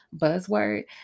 buzzword